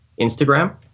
instagram